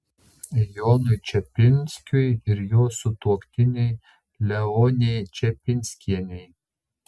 jonui čepinskiui ir jo sutuoktinei leonei čepinskienei